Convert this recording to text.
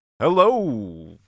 Hello